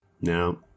No